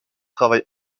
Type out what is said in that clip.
travail